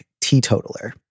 teetotaler